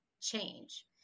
change